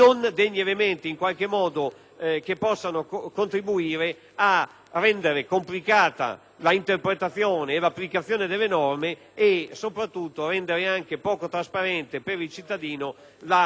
rendere complicata l'interpretazione e l'applicazione delle norme e, soprattutto, poco trasparente per il cittadino l'allocazione delle responsabilità in ordine ai criteri